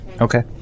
Okay